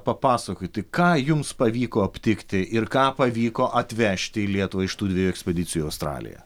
papasakoti ką jums pavyko aptikti ir ką pavyko atvežti į lietuvą iš tų dviejų ekspedicijų į australiją